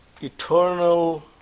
eternal